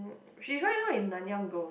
she's right now in nanyang-girls'